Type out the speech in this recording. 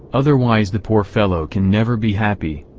otherwise the poor fellow can never be happy.